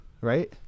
right